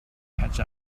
catch